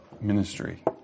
ministry